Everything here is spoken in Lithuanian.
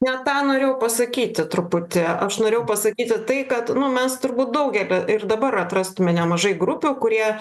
ne tą norėjau pasakyti truputį aš norėjau pasakyti tai kad nu mes turbūt daugelį ir dabar atrastume nemažai grupių kurie